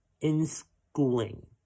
in-schooling